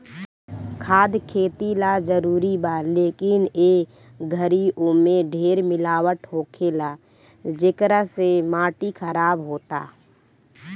खाद खेती ला जरूरी बा, लेकिन ए घरी ओमे ढेर मिलावट होखेला, जेकरा से माटी खराब होता